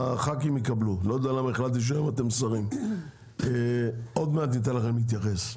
הח"כים יקבלו עוד מעט זמן, ניתן לכם להתייחס.